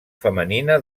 femenina